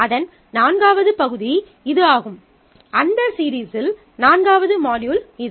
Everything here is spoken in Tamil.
அதன் நான்காவது பகுதி இது ஆகும் அந்த சீரிஸில் நான்காவது மாட்யூல் இது